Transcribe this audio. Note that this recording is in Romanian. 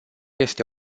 este